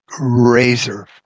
razor